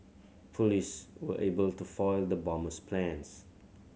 police were able to foil the bomber's plans